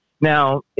Now